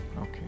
okay